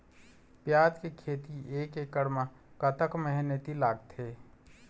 प्याज के खेती एक एकड़ म कतक मेहनती लागथे?